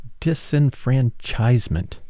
disenfranchisement